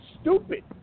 stupid